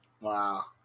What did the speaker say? Wow